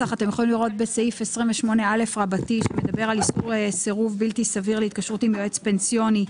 בסעיף 28א שמדבר על סירוב בלתי סביר להתקשרות עם יועץ פנסיוני,